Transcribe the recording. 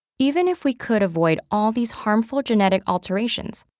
even if we could avoid all these harmful genetic alterations,